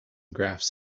graphs